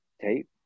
tape